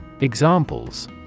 Examples